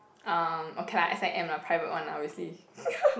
uh okay lah S_I_M lah private one obviously